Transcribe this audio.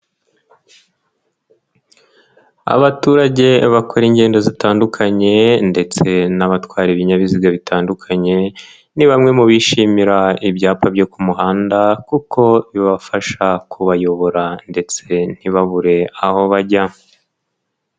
Abaturage bakora ingendo zitandukanye ndetse n'abatwara ibinyabiziga bitandukanye, ni bamwe mu bishimira ibyapa byo ku muhanda kuko bibafasha kubayobora ndetse ntibabure aho bajya.